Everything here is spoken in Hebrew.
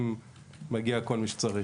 מגיע כל מי שצריך.